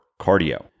cardio